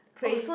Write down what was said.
pray